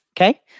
Okay